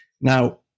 Now